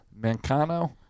Mancano